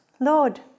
Lord